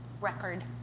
record